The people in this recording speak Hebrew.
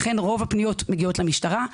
לכן רוב הפניות מגיעות למשטרה.